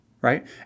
right